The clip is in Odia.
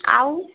ଆଉ